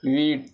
meat